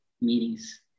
meetings